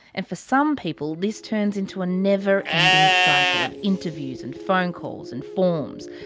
and for some people. this turns into a never ending cycle of interviews and phone calls and forms.